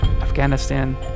Afghanistan